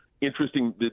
interesting